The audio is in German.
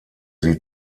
sie